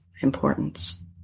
importance